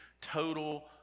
total